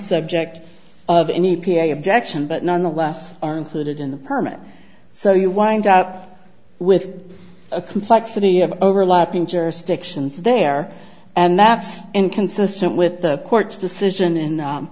subject of any p a objection but nonetheless are included in the permit so you wind up with a complexity of overlapping jurisdictions there and that's inconsistent with the court's decision